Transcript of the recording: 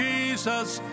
Jesus